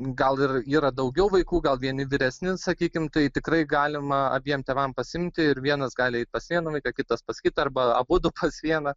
gal ir yra daugiau vaikų gal vieni vyresni sakykim tai tikrai galima abiem tėvam pasiimti ir vienas gali eiti pas vieną vaiką kitas pas kitą arba abudu pas vieną